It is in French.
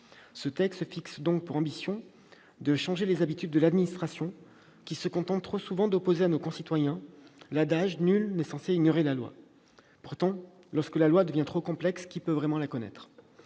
Ce texte se fixe donc pour ambition de changer les habitudes de l'administration, qui se contente trop souvent d'opposer à nos concitoyens l'adage :« Nul n'est censé ignorer la loi ». Lorsque la loi devient trop complexe, qui peut vraiment la connaître ?